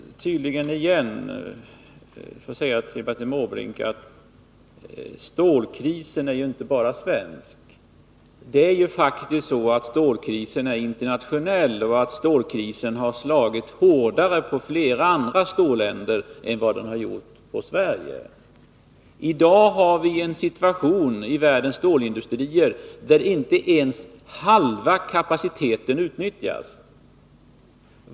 Fru talman! Jag måste tydligen igen säga till Bertil Måbrink: Stålkrisen är inte bara svensk. Den är faktiskt internationell och har slagit hårdare i flera andra stålländer än i Sverige. I dag har vi en situation i världens stålindustrier där inte ens halva kapaciteten utnyttjas.